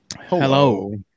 hello